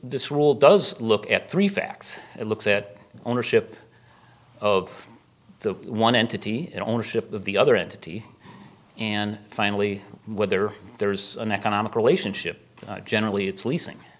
this rule does look at three facts it looks at ownership of the one entity in ownership of the other entity and finally whether there's an economic relationship generally it's leasing